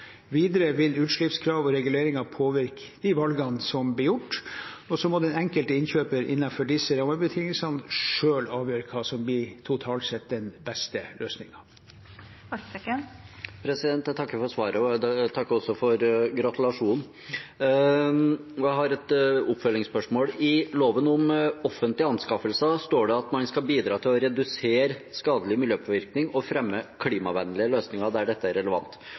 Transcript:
Videre vil utslippskrav og reguleringer påvirke de valgene som blir tatt. Så må den enkelte innkjøper innenfor disse rammebetingelsene selv avgjøre hva som totalt sett blir den beste løsningen. Jeg takker for svaret. Jeg takker også for gratulasjonen. Jeg har et oppfølgingsspørsmål: I lov om offentlige anskaffelser står det at man skal bidra til å «redusere skadelig miljøpåvirkning, og fremme klimavennlige løsninger der dette er relevant».